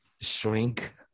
shrink